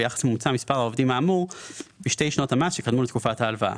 ביחס לממוצע מספר העובדים האמור בשתי שנות המס שקדמו לתקופת ההלוואה.